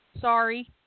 Sorry